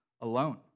alone